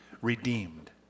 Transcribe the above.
redeemed